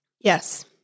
Yes